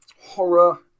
horror